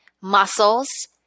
muscles